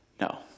No